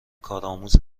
کارآموز